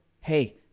hey